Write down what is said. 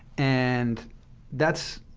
and that's